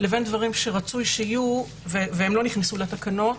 לבין דברים שרצוי שיהיו והם לא נכנסו לתקנות,